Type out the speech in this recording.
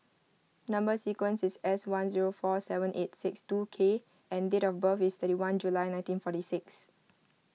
Number Sequence is S one zero four seven eight six two K and date of birth is thirty one July nineteen forty six